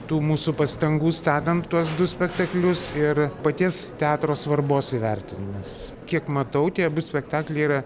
tų mūsų pastangų statant tuos du spektaklius ir paties teatro svarbos įvertinimas kiek matau tie abu spektakliai yra